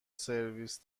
سرویس